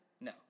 No